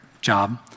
job